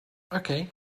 okay